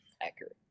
Accurate